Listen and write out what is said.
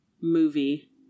movie